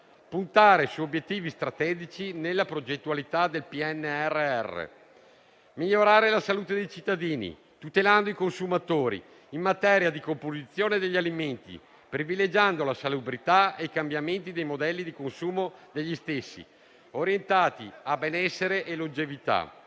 puntare su obiettivi strategici nella progettualità del PNRR; a migliorare la salute dei cittadini, tutelando i consumatori in materia di composizione degli alimenti e privilegiando la salubrità e i cambiamenti dei modelli di consumo, orientati a benessere e longevità;